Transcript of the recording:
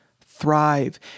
thrive